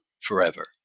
forever